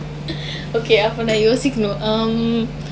okay அப்ப நா யோசிக்கனும்:appa naa yosikkanum um